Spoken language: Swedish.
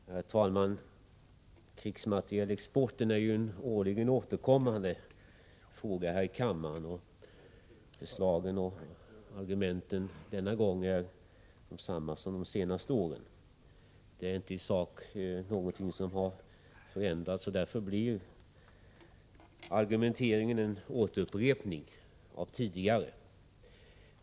Herr talman! Krigsmaterielexporten är en årligen återkommande fråga här i kammaren. Förslagen och argumenten denna gång är desamma som de senaste åren. Det är inte något i sak som har förändrats, och därför blir argumenteringen en upprepning från tidigare.